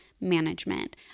management